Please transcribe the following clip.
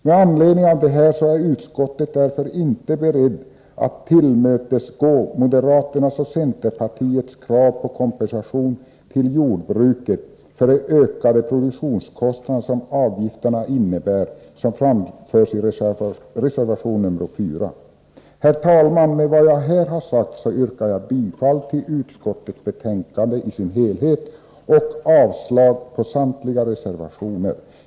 Mot den bakgrunden är utskottet inte berett att tillmötesgå de av moderaterna och centerpartiet i reservation nr 4 framförda kraven på kompensation till jordbruket för de ökade produktionskostnader som avgifterna innebär. Herr talman! Med vad jag här har sagt yrkar jag bifall till utskottets hemställan i betänkandet i dess helhet och avslag på samtliga reservationer.